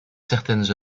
certaines